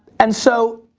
and so,